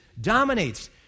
dominates